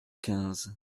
quinze